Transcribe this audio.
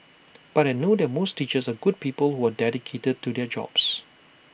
but I know that most teachers are good people who are dedicated to their jobs